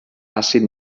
àcid